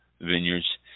Vineyards